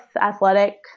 athletic